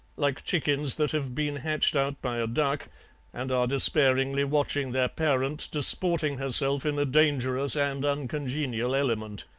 like chickens that have been hatched out by a duck and are despairingly watching their parent disporting herself in a dangerous and uncongenial element.